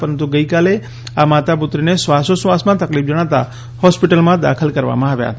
પરંતુ ગકઇાલે આ માતા અને પુત્રીને શ્વાસોશ્વાસમાં તકલીફ જણાતાં હોસ્પિટલમાં દાખલ કરવામાં આવ્યા હતા